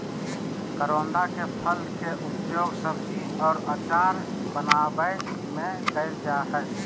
करोंदा के फल के उपयोग सब्जी और अचार बनावय में कइल जा हइ